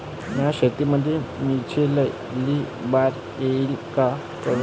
माया शेतामंदी मिर्चीले लई बार यायले का करू?